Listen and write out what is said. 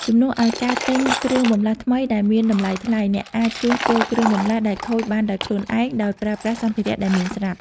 ជំនួសឲ្យការទិញគ្រឿងបន្លាស់ថ្មីដែលមានតម្លៃថ្លៃ អ្នកអាចជួសជុលគ្រឿងបន្លាស់ដែលខូចបានដោយខ្លួនឯង ដោយប្រើប្រាស់សម្ភារៈដែលមានស្រាប់។